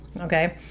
okay